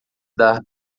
dar